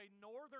northern